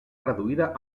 reduïda